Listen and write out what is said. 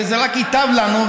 ורק ייטב לנו,